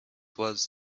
was